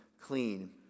clean